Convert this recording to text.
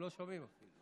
הם לא שומעים אותי.